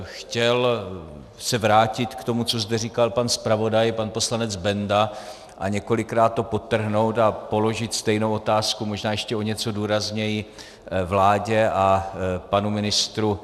Chtěl bych se vrátit k tomu, co zde říkal pan zpravodaj pan poslanec Benda, a několikrát to podtrhnout a položit stejnou otázku, možná ještě o něco důrazněji, vládě a panu ministru vnitra.